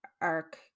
arc